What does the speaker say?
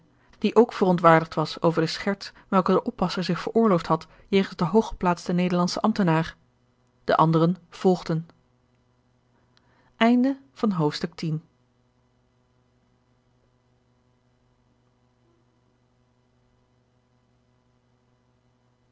die ook verontwaardigd was over de scherts welke de oppasser zich veroorloofd had jegens den hooggeplaatsten nederlandschen ambtenaar de anderen volgden